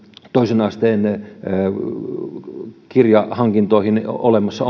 toisen asteen kirjahankintoihin olemassa